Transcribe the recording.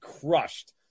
crushed